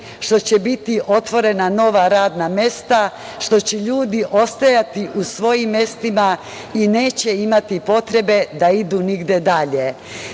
što će biti otvorena nova radna mesta, što će ljudi ostajati u svojim mestima i neće imati potrebe da idu nigde